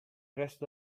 resto